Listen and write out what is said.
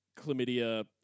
chlamydia